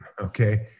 okay